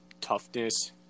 toughness